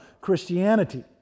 Christianity